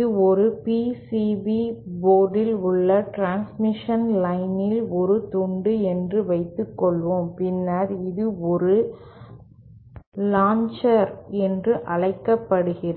இது ஒரு பிசிபி போர்டில் உள்ள டிரான்ஸ்மிஷன் லைனின் ஒரு துண்டு என்று வைத்துக்கொள்வோம் பின்னர் இது ஒரு லாஞ்சர் என்று அழைக்கப்படுகிறது